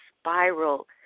spiral